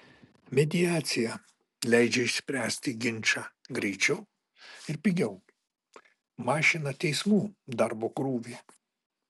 mediacija leidžia išspręsti ginčą greičiau ir pigiau mažina teismų darbo krūvį